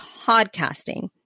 podcasting